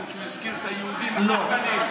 מכיוון שהוא הזכיר את היהודים האהבלים.